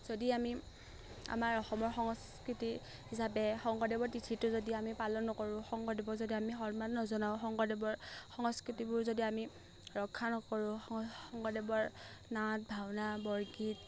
যদি আমি আমাৰ অসমৰ সংস্কৃতি হিচাপে শংকৰদেৱৰ তিথিটো যদি আমি পালন নকৰোঁ শংকৰদেৱৰ যদি আমি সন্মান নজনাওঁ শংকৰদেৱৰ সংস্কৃতিবোৰ যদি আমি ৰক্ষা নকৰোঁ সং শংকৰদেৱৰ নাট ভাওনা বৰগীত